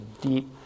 deep